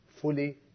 fully